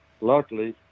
Luckily